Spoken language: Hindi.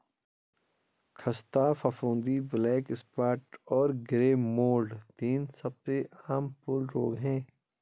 ख़स्ता फफूंदी, ब्लैक स्पॉट और ग्रे मोल्ड तीन सबसे आम फूल रोग हैं